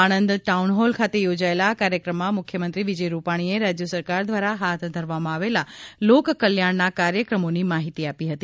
Anand town hall ખાતે યોજાયેલા આ કાર્યક્રમમાં મુખ્યમંત્રી વિજય રૂપાણીએ રાજ્ય સરકાર દ્વારા હાથ ધરવામાં આવેલાં લોકકલ્યાણનાં કાર્યક્રમોની માહિતી આપી હતી